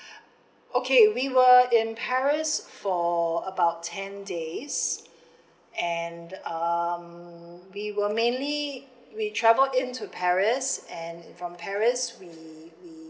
okay we were in paris for about ten days and um we were mainly we travel in to paris and from paris we we